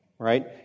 right